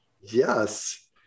Yes